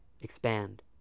expand